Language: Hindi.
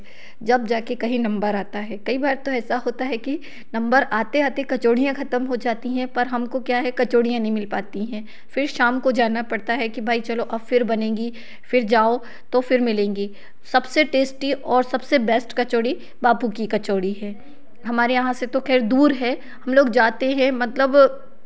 जब जाकर कहीं नंबर आता है कई बार तो ऐसा होता है कि नंबर आते आते कचौड़ियाँ ख़त्म हो जाती हैं पर हमको क्या है कचौड़ियाँ नहीं मिल पाती है फिर शाम को जाना पड़ता है कि भई चलो अब फिर बनेंगी फिर जाओ तो फिर मिलेंगी सबसे टेस्टी और सबसे बेस्ट कचौड़ी बापू की कचौड़ी हैं हमारे यहाँ से तो खैर दूर है हम लोग जाते हैं मतलब